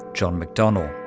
john mcdonnell.